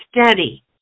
steady